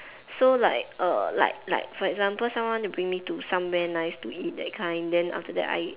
so like err like like for example someone want to bring me to somewhere nice to eat that kind then after that I